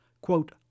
quote